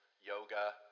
yoga